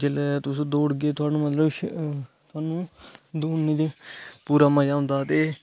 जिसले तुस दौड़ गे थुआनू मतलब दौड़ने दे पूरा मजा ओंदा ते